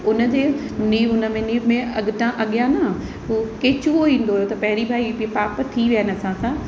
उनजे नींव उनमें नींव में अॻितां अॻियां न पोइ केंचुओ ईंदो हुयो त पहिरीं भाई ई बि पाप थी विया आहिनि असां सां